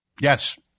Yes